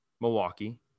Milwaukee